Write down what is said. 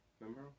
Remember